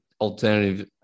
alternative